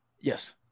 Yes